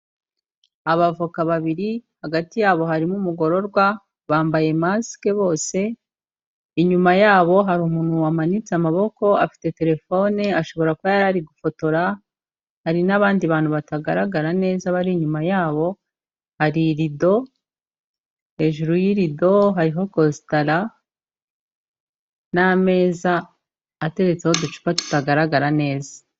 Abavoka babiri, hagati yabo harimo umugororwa, bambaye masike bose, inyuma yabo hari umuntu wamanitse amaboko, afite telefone ashobora kuba yari ari gufotora, hari n'abandi bantu batagaragara neza bari inyuma yabo, hari irido, hejuru y'irido hariho cosatara n'ameza ateretsetseho uducupa tutagaragara neza.